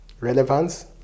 relevance